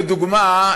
לדוגמה,